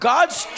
God's